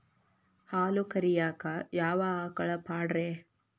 ಹಾಲು ಕರಿಯಾಕ ಯಾವ ಆಕಳ ಪಾಡ್ರೇ?